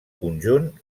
conjunt